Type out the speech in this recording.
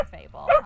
Fable